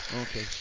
Okay